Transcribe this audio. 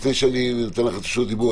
לפני שאני נותן לך את רשות הדיבור,